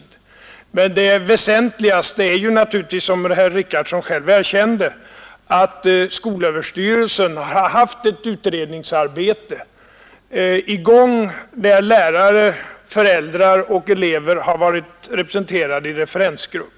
Det väsentligaste är emellertid som herr Richardson själv erkände att skolöverstyrelsen har haft ett utredningsarbete i gång, där lärare, föräldrar och elever varit representerade i referensgrupper.